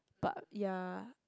but ya